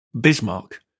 Bismarck